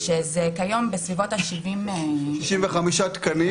כיום זה בסביבות 70. 65 תקנים.